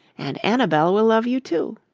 and annabel will love you too.